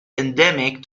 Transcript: endemic